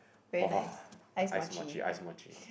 !wah! the ice muachee ice muachee